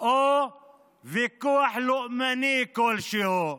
או ויכוח לאומני כלשהו.